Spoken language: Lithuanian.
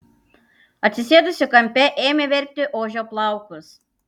atsisėdusi kampe ėmė verpti ožio plaukus